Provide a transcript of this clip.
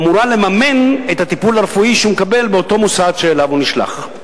אמורה לממן את הטיפול הרפואי שהוא מקבל באותו מוסד שאליו הוא נשלח.